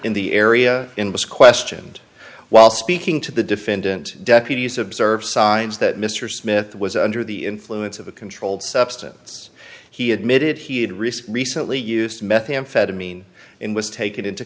in the area in which questioned while speaking to the defendant deputies observed signs that mr smith was under the influence of a controlled substance he admitted he had received recently used methamphetamine in was taken into